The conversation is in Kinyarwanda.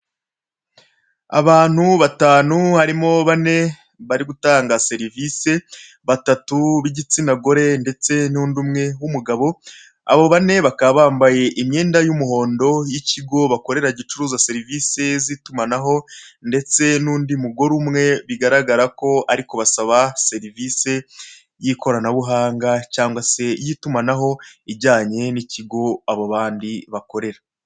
Abantu batanu harimo bane barigutanga serivise, batatu b'igitsina gore ndetse nundi umwe w'umugabo. abobane bakaba bambaye imyenda y'umuhondo y'ikigo bakorera gicuruza serivise z'itumanaho ndetse nundi mugore umwe bigaragara ko ari kubasaba serivize y'ikorana buhanga cyangwa se y'itumanaho, ijyanye n'ikigo abo bandi bakorera.